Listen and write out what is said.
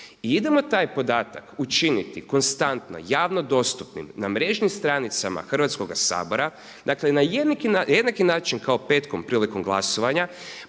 I idemo taj podatak učiniti konstantno, javno dostupnim na mrežnim stranicama Hrvatskoga sabora, dakle na jednaki način kao petkom prilikom glasovanja